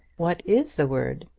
what is the word?